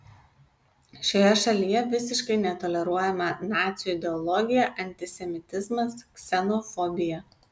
šioje šalyje visiškai netoleruojama nacių ideologija antisemitizmas ksenofobija